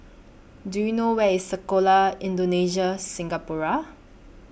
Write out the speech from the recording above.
Do YOU know Where IS Sekolah Indonesia Singapura